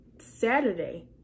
saturday